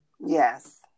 Yes